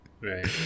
Right